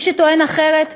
מי שטוען אחרת,